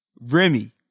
Remy